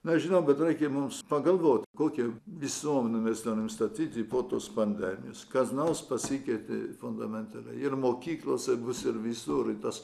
nežinau bet reikia mums pagalvoti kokia visuomenę mes nori statyti po tos pandemijos kas nors pasikeitė fundamentaliai ir mokyklose bus ir visur tas